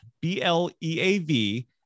B-L-E-A-V